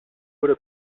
would